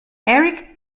eric